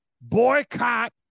Boycott